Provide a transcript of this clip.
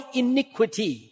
iniquity